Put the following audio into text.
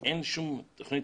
אין שום תוכנית